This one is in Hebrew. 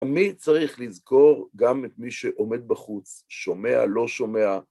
מי צריך לזכור גם את מי שעומד בחוץ, שומע, לא שומע?